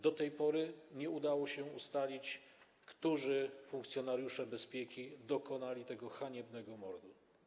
Do tej pory nie udało się ustalić, którzy funkcjonariusze bezpieki dokonali tego haniebnego mordu.